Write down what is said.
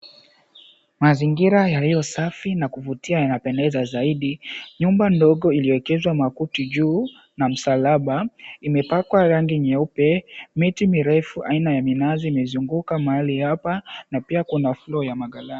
Mazingira yaliyo safi na kuvutia yanapendeza zaidi. Nyumba ndogo iliyoekezwa makuti juu na msalaba, imepakwa rangi nyeupe. Miti mirefu aina ya minazi imezunguka mahali apa, na pia kuna flow ya magala.